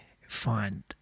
find